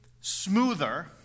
smoother